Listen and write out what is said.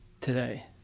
today